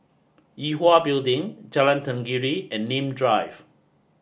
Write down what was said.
Yue Hwa Building Jalan Tenggiri and Nim Drive